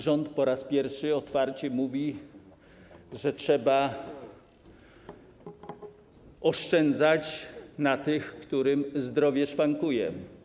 Rząd po raz pierwszy otwarcie mówi, że trzeba oszczędzać na tych, którym zdrowie szwankuje.